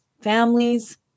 families